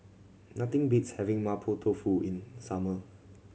nothing beats having Mapo Tofu in summer